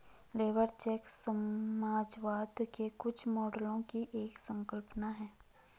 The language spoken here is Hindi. लेबर चेक समाजवाद के कुछ मॉडलों की एक संकल्पना है